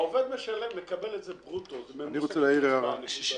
העובד מקבל את זה ברוטו וזה ממוסה כקצבה, נקודה.